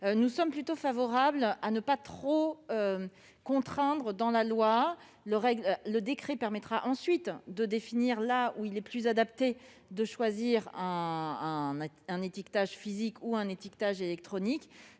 nous sommes plutôt favorables à ne pas trop contraindre les choses dans la loi. Le décret permettra ensuite de définir les situations dans lesquelles il est plus adapté de choisir un étiquetage physique ou un étiquetage électronique.